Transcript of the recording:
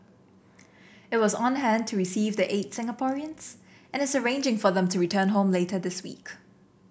it was on hand to receive the eight Singaporeans and is arranging for them to return home later this week